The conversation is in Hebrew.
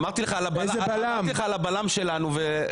אמרתי לך על הבלם שלנו .